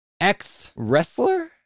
ex-wrestler